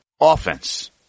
Offense